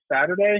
Saturday